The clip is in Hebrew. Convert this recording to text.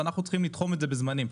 ואנחנו צריכים לתחום את זה בזמנים.